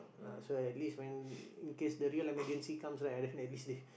uh so at least when in case the real emergency comes right then at least they